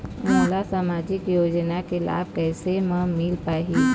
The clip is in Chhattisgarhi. मोला सामाजिक योजना के लाभ कैसे म मिल पाही?